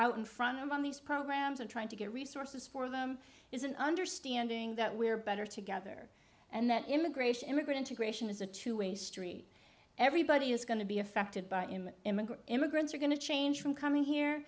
out in front on these programs and trying to get resources for them is an understanding that we're better together and that immigration immigrant integration is a two way street everybody is going to be affected by him and immigrant immigrants are going to change from coming here